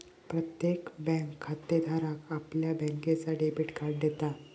प्रत्येक बँक खातेधाराक आपल्या बँकेचा डेबिट कार्ड देता